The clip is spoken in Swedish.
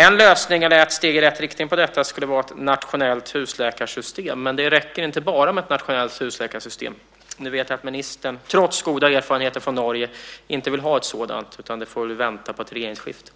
En lösning eller ett steg i rätt riktning skulle vara ett nationellt husläkarsystem. Men det räcker inte med bara ett nationellt husläkarsystem. Nu vet jag att ministern, trots goda erfarenheter från Norge, inte vill ha ett sådant. Det får väl vänta på ett regeringsskifte.